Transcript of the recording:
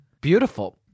Beautiful